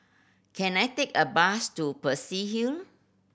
can I take a bus to Peirce Hill